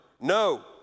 no